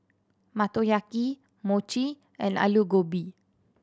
Motoyaki Mochi and Alu Gobi